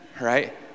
right